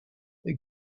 they